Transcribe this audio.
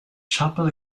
chapel